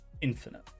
infinite